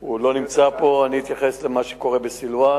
הוא לא נמצא פה, אני אתייחס למה שקורה בסילואן,